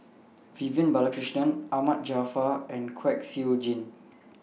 Vivian Balakrishnan Ahmad Jaafar and Kwek Siew Jin